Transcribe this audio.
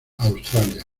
australia